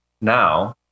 now